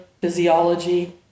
physiology